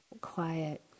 quiet